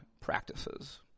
practices